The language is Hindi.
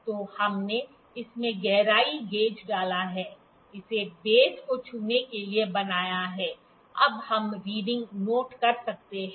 तो हमने इसमें गहराई गेज डाला है इसे बेस को छूने के लिए बनाया है अब हम रीडिंग नोट कर सकते हैं